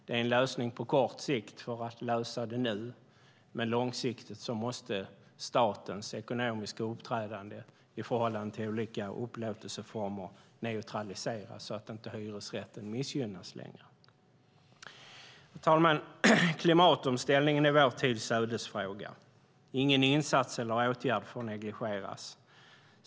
Det är en lösning på kort sikt, men långsiktigt måste statens ekonomiska uppträdande i förhållande till olika upplåtelseformer neutraliseras så att inte hyresrätten missgynnas längre. Herr talman! Klimatomställningen är vår tids ödesfråga. Ingen insats eller åtgärd får negligeras.